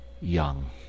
young